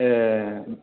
ए